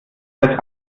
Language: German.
das